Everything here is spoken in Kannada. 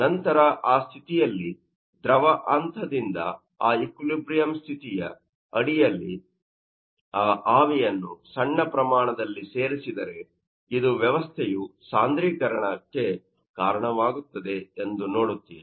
ನಂತರ ಆ ಸ್ಥಿತಿಯಲ್ಲಿ ದ್ರವ ಹಂತದಿಂದ ಆ ಈಕ್ವಿಲಿಬ್ರಿಯಮ್ ಸ್ಥಿತಿಯ ಅಡಿಯಲ್ಲಿ ಆ ಆವಿಯನ್ನು ಸಣ್ಣ ಪ್ರಮಾಣದಲ್ಲಿ ಸೇರಿಸಿದರೆಇದು ವ್ಯವಸ್ಥೆಯು ಸಾಂದ್ರೀಕರಣಕ್ಕೆ ಕಾರಣವಾಗುತ್ತದೆ ಎಂದು ನೋಡುತ್ತೀರಿ